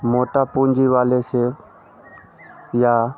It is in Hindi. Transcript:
मोटा पूँजी वाले से या